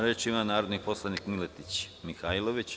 Reč ima narodni poslanik Miletić Mihajlović.